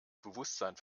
bewusstsein